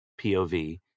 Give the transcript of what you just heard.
POV